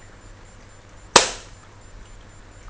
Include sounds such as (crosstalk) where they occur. (noise)